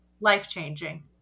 life-changing